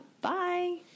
Bye